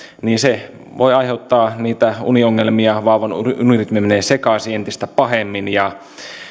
niin se voi aiheuttaa niitä uniongelmia vauvan unirytmi menee sekaisin entistä pahemmin ja